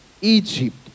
Egypt